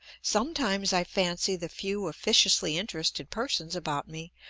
sometimes i fancy the few officiously interested persons about me,